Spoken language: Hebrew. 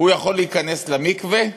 הוא יכול להיכנס למקווה?